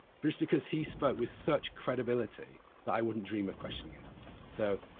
because because he spoke with such credibility that i wouldn't dream of questioning him. so